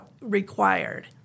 required